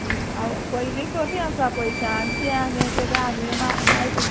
हांव पयली कमी आसां पयशे आनी तें आनी केल्या आनी मा मायज